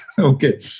Okay